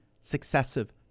successive